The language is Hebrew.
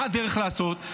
מה הדרך לעשות?